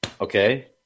Okay